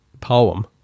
poem